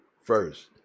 first